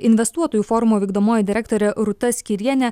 investuotojų forumo vykdomoji direktorė rūta skyrienė